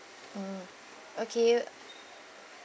mm okay